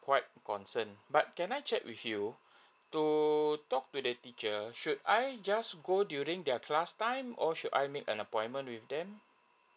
quite concern but can I check with you to talk to the teacher should I just go during their class time or should I make an appointment with them